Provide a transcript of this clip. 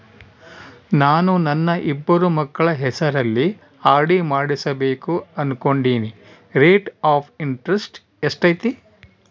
ನಾನು ನನ್ನ ಇಬ್ಬರು ಮಕ್ಕಳ ಹೆಸರಲ್ಲಿ ಆರ್.ಡಿ ಮಾಡಿಸಬೇಕು ಅನುಕೊಂಡಿನಿ ರೇಟ್ ಆಫ್ ಇಂಟರೆಸ್ಟ್ ಎಷ್ಟೈತಿ?